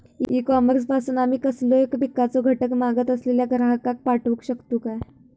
E commerce पासून आमी कसलोय पिकाचो घटक मागत असलेल्या ग्राहकाक पाठउक शकतू काय?